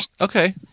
okay